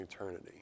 eternity